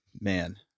man